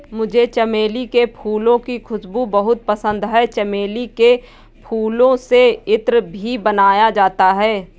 मुझे चमेली के फूलों की खुशबू बहुत पसंद है चमेली के फूलों से इत्र भी बनाया जाता है